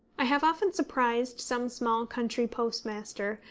i have often surprised some small country postmaster,